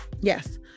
Yes